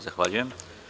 Zahvaljujem.